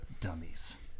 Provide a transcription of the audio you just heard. Dummies